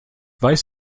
weiß